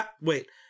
Wait